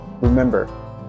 Remember